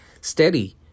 steady